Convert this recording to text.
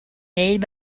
made